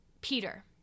Peter